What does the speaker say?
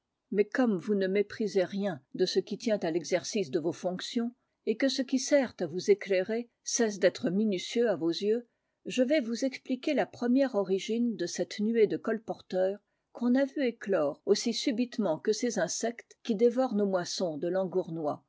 mais comme vous ne méprisez rien de ce qui tient à l'exercice de vos fonctions et que ce qui sert à vous éclairer cesse d'être minutieux à vos yeux je vais vous expliquer la première origine de cette nuée de colporteurs qu'on a vu éclore aussi subitement que ces insectes qui dévorent nos moissons de